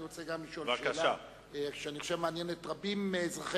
גם אני רוצה לשאול שאלה שאני חושב שמעניינת רבים מאזרחי